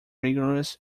rigorous